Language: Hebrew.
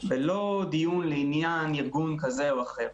זה לא דיון לעניין ארגון כזה או אחר.